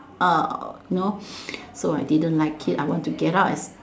uh you know so I didn't like it I want to get out as